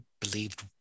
believed